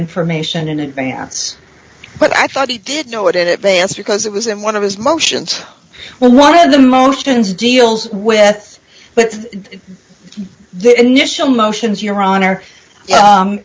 information in advance but i thought he did know it it they asked because it was in one of his motions well one of the motions deals with but this initial motions your